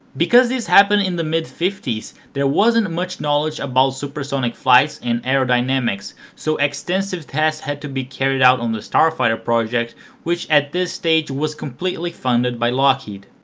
because this happened in the mid fifty s, there wasn't much knowledge about supersonic flights and aerodynamics so extensive tests had to be carried out on the starfighter project which at this stage was completed funded by lockheed.